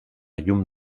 llum